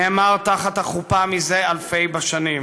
נאמר תחת החופה זה אלפי שנים.